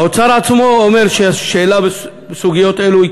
האוצר עצמו אומר שהשאלה בסוגיות אלה היא